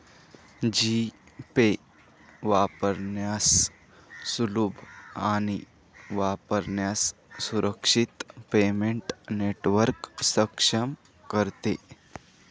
जी pay वापरण्यास सुलभ आणि वापरण्यास सुरक्षित पेमेंट नेटवर्क सक्षम करते